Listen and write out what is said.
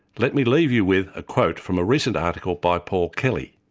let me leave you with a quote from a recent article by paul kelly.